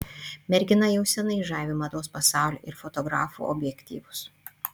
mergina jau seniai žavi mados pasaulį ir fotografų objektyvus